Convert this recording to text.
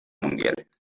mundial